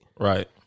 Right